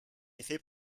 effet